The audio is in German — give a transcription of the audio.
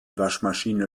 waschmaschine